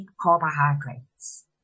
carbohydrates